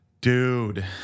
dude